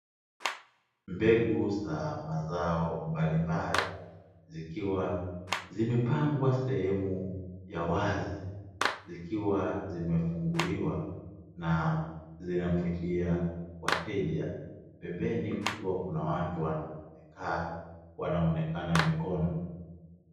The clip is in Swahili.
Mbegu za mazao mbalimbali, zikiwa zimepangwa sehemu ya wazi zikiwa zimefunguliwa na zinavutia wateja. Pembeni kukiwa kuna watu wamekaa, wanaonekana mikono.